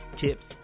tips